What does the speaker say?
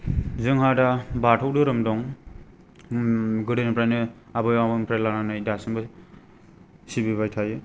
जोंहा दा बाथौ धोरोम दं ओम गोदोनिफ्रायनो आबै आबौनिफ्राय लानानै दासिमबो सिबिबाय थायो